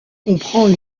comprend